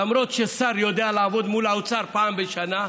למרות ששר יודע לעבוד מול האוצר פעם בשנה,